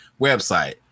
website